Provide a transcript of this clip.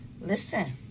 Listen